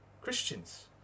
Christians